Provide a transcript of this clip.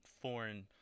foreign